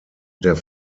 der